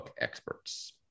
experts